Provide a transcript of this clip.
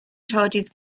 charges